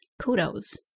kudos